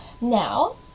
now